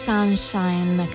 Sunshine